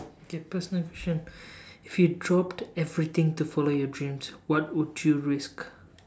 okay personal question if you dropped everything to follow your dreams what would you risk